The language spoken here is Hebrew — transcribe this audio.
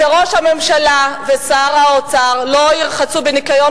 שראש הממשלה ושר האוצר לא ירחצו בניקיון